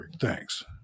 Thanks